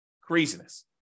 Craziness